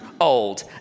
old